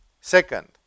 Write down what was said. Second